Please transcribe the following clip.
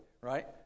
right